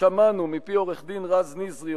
שמענו מפי עורך-הדין רז נזרי,